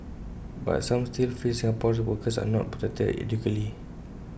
but some still feel Singaporeans workers are not protected adequately